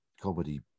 comedy